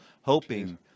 hoping